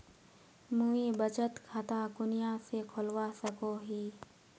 मुई बचत खता कुनियाँ से खोलवा सको ही?